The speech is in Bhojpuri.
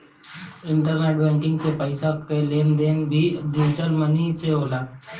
इंटरनेट बैंकिंग से पईसा कअ लेन देन भी डिजटल मनी से होला